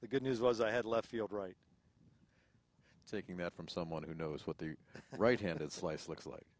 the good news was i had left field right taking it from someone who knows what the right handed slice looks like